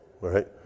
right